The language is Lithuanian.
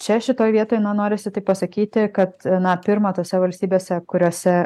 čia šitoj vietoj na norisi tik pasakyti kad na pirma tose valstybėse kuriose